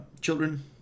children